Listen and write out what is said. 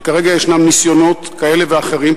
כרגע ישנם ניסיונות כאלה ואחרים,